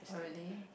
oh really